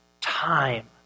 time